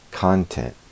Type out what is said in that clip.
Content